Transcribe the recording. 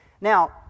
Now